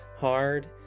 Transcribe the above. hard